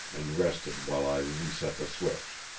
and rested while i reset the switch.